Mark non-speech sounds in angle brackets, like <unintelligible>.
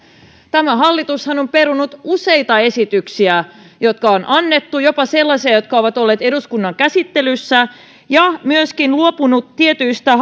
tämä hallitushan on perunut useita esityksiä joita on annettu jopa sellaisia jotka ovat olleet eduskunnan käsittelyssä ja myöskin luopunut tietyistä <unintelligible>